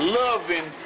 loving